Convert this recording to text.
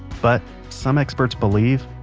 but some experts believe,